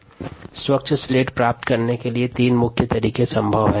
स्वच्छ स्लेट प्राप्त करने के लिए तीन मुख्य तरीके संभव हैं